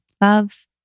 love